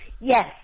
Yes